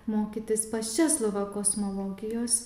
mokytis pas česlovą kosmologijos